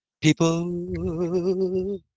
people